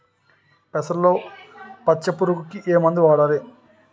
పెసరలో పచ్చ పురుగుకి ఏ మందు వాడాలి?